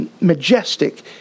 majestic